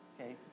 Okay